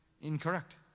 incorrect